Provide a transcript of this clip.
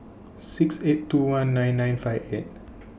six eight two one nine nine five eight